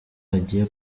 agiye